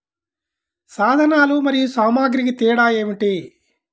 సాధనాలు మరియు సామాగ్రికి తేడా ఏమిటి?